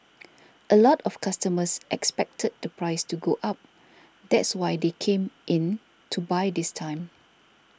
a lot of customers expected the price to go up that's why they came in to buy this time